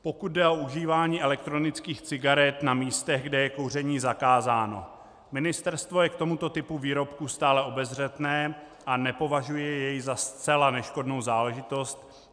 Pokud jde o užívání elektronických cigaret na místech, kde je kouření zakázáno, Ministerstvo je k tomuto typu výrobku stále obezřetné a nepovažuje jej za zcela neškodnou záležitost.